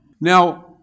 Now